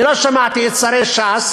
אני לא שמעתי את שרי ש"ס